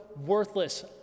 worthless